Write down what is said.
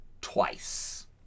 twice